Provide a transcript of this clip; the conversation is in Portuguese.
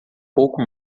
pouco